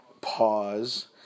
pause